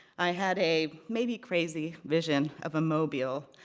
i had a maybe crazy vision of a mobile,